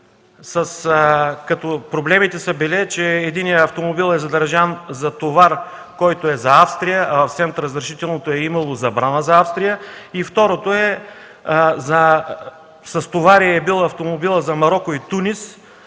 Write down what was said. Проблемите са били, че единият автомобил е задържан за товар, който е за Австрия, а в СЕМТ разрешителното е имало забрана за Австрия. Вторият – с товар е бил автомобилът за Мароко и Тунис,